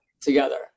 together